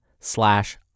slash